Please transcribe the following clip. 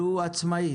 הוא עצמאי.